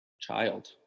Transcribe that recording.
child